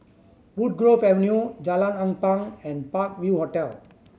Woodgrove Avenue Jalan Ampang and Park View Hotel